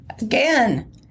Again